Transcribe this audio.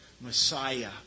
Messiah